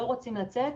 לא רוצים לצאת.